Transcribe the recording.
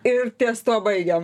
ir ties tuo baigiam